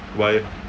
why